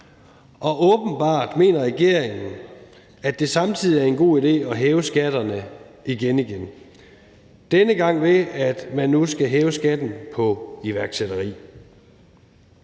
Og åbenbart mener regeringen, at det samtidig er en god idé at hæve skatterne igen igen, denne gang, ved at man nu skal hæve skatten på iværksætteri.